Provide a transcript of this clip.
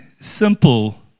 simple